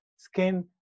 skin